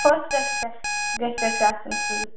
فَسٹس پیٚٹھ گَژھِ اَسہِ آسُن سُووِتھ